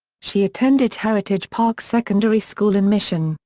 she attended heritage park secondary school in mission,